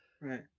Right